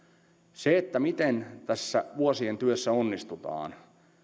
se miten tässä vuosien työssä onnistutaan